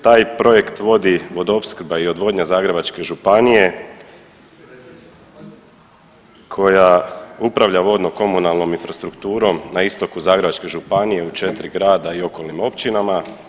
Taj projekt vodi Vodoopskrba i odvodnja Zagrebačke županije koja upravlja vodno-komunalnom infrastrukturom na istoku Zagrebačke županije, u 4 grada i okolnim općinama.